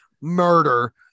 murder